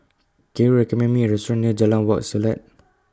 Can YOU recommend Me A Restaurant near Jalan Wak Selat